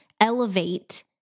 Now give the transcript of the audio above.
elevate